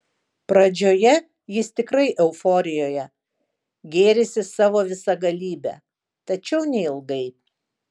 pradžioje jis tikrai euforijoje gėrisi savo visagalybe tačiau neilgai